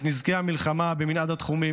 את נזקי המלחמה במנעד התחומים,